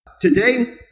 Today